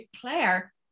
claire